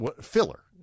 filler